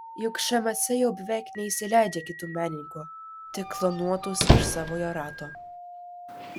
juk šmc jau beveik neįsileidžia kitų menininkų tik klonuotus iš savojo rato